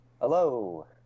Hello